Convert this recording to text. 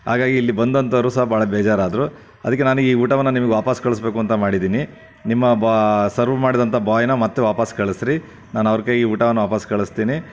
ಹಾಗಾಗಿ ಇಲ್ಲಿ ಬಂದಂಥವರು ಸಹ ಬಹಳ ಬೇಜಾರು ಆದರು ಅದಕ್ಕೆ ನಾನು ಈ ಊಟವನ್ನು ನಿಮಗೆ ವಾಪಸ್ಸು ಕಳಿಸ್ಬೇಕು ಅಂತ ಮಾಡಿದ್ದೀನಿ ನಿಮ್ಮ ಬ ಸರ್ವ್ ಮಾಡಿದಂಥ ಬಾಯ್ನ ಮತ್ತೆ ವಾಪಸ್ ಕಳಿಸ್ರೀ ನಾನು ಅವರ ಕೈಗೆ ಊಟವನ್ನು ವಾಪಾಸ್ಸು ಕಳಿಸ್ತೀನಿ